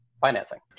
financing